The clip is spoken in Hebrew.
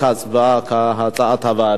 ההצבעה, כהצעת הוועדה.